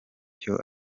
cyo